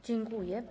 Dziękuję.